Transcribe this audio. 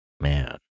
Man